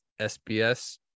SBS